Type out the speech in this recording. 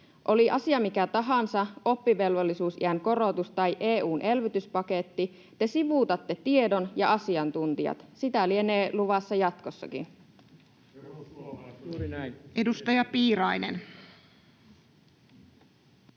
Oli asia mikä tahansa, oppivelvollisuusiän korotus tai EU:n elvytyspaketti, te sivuutatte tiedon ja asiantuntijat. Sitä lienee luvassa jatkossakin. [Paavo Arhinmäki: